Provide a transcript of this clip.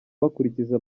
bakurikiza